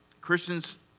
Christians